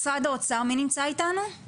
מי נמצא איתנו ממשרד האוצר?